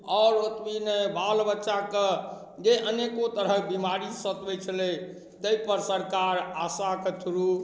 आओर ओतबी नहि बालबच्चाके जे अनेको तरहके बेमारी सतबै छलै ताहिपर सरकार आशाके थ्रू